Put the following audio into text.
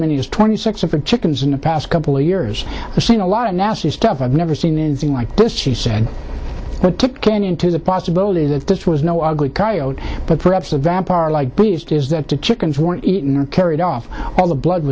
many as twenty six of her chickens in the past couple years i've seen a lot of nasty stuff i've never seen anything like this she said kenyan to the possibility that this was no ugly coyote but perhaps a vampire like pleased is that the chickens weren't eaten or carried off all the blood